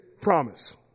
promise